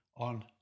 on